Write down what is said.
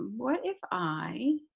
what if i